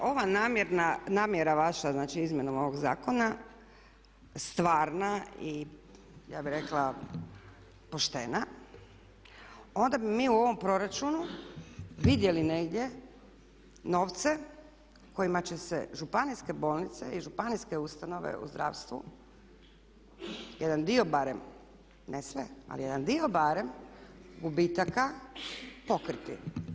Kolega Bačić da je ova namjera vaša znači izmjenom ovog zakona stvarna i ja bih rekla poštena onda bi mi u ovom proračunu vidjeli negdje novce kojima će se županijske bolnice i županijske ustanove u zdravstvu, jedan dio barem, ne sve ali jedan dio barem gubitaka pokriti.